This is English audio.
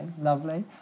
lovely